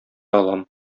алам